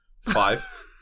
five